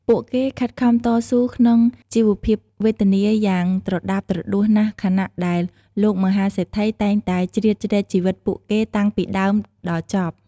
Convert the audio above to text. ពួកគេខិតខំតស៊ូក្នុងជីវភាពវេទនាយ៉ាងត្រដាបត្រដួសណាស់ខណៈ ដែលលោកមហាសេដ្ឋីតែងតែជ្រៀតជ្រែកជីវិតពួកគេតាំងពីដើមដល់ចប់។